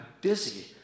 dizzy